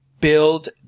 build